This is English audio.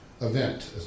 event